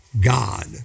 God